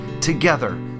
together